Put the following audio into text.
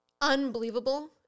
unbelievable